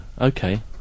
okay